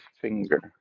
finger